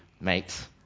mate